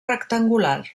rectangular